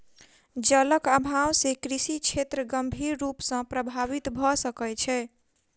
जलक अभाव से कृषि क्षेत्र गंभीर रूप सॅ प्रभावित भ सकै छै